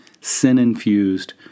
sin-infused